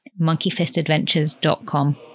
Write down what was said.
monkeyfistadventures.com